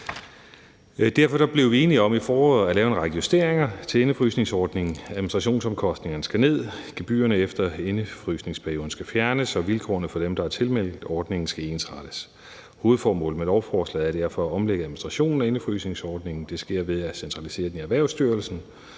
Derfor blev vi enige om i foråret at lave en række justeringer af indefrysningsordningen. Administrationsomkostningerne skal ned, gebyrerne efter indefrysningsperioden skal fjernes, og vilkårene for dem, der er tilmeldt ordningen, skal ensrettes. Hovedformålet med lovforslaget er derfor at omlægge administrationen af indefrysningsordningen. Det sker ved at centralisere den i Erhvervsstyrelsen.